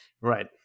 Right